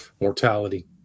mortality